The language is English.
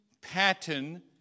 pattern